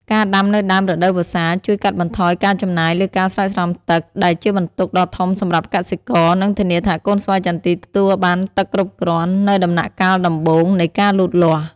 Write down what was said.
ការដាំនៅដើមរដូវវស្សាជួយ កាត់បន្ថយការចំណាយលើការស្រោចស្រពទឹក ដែលជាបន្ទុកដ៏ធំសម្រាប់កសិករ និងធានាថាកូនស្វាយចន្ទីទទួលបានទឹកគ្រប់គ្រាន់នៅដំណាក់កាលដំបូងនៃការលូតលាស់។